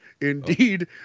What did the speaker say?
Indeed